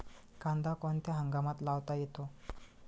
कांदा कोणत्या हंगामात लावता येतो?